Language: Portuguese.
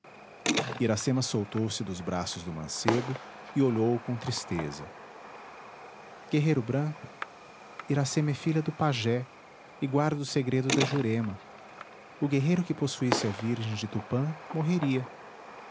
iracema soltou se dos braços do mancebo e olhou-o com tristeza guerreiro branco iracema é filha do pajé e guarda o segredo da jurema o guerreiro que possuísse a virgem de tupã morreria